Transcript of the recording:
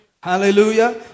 Hallelujah